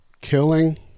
killing